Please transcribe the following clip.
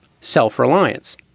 self-reliance